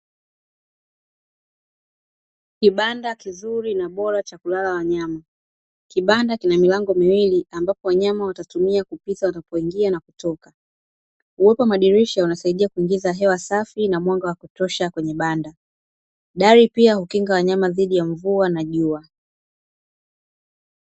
Kibanda kizuri na bora kwa kulala wanyama, kibanda kina milango miwili ambapo wanyama watatumia kupita wanapoingia na kutoka. Uwepo wa madirisha unasaidia kuingiza hewa safi na mwanga wa kutosha, kwenye banda, dari pia hukinga wanyama dhidi ya mvua na jua.